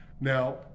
Now